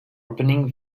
opening